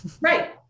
Right